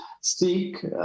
seek